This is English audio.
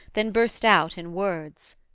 then burst out in words.